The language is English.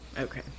Okay